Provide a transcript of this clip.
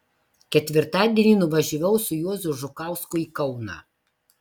ketvirtadienį nuvažiavau su juozu žukausku į kauną